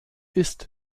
ist